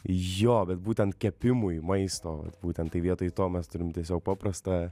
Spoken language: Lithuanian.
jo bet būtent kepimui maisto vat būtent tai vietai to mes turim tiesiog paprastą